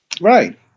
Right